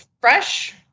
fresh